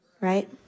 right